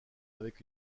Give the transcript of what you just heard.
avec